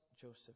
joseph